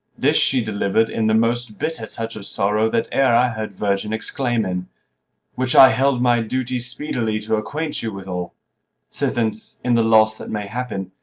this she deliver'd in the most bitter touch of sorrow that e'er i heard virgin exclaim in which i held my duty speedily to acquaint you withal sithence, in the loss that may happen,